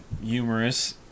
humorous